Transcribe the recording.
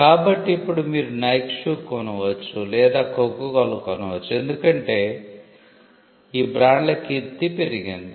కాబట్టి ఇప్పుడు మీరు నైక్ షూ కొనవచ్చు లేదా కోకాకోలా కొనవచ్చు ఎందుకంటే ఈ బ్రాండ్ల కీర్తి పెరిగింది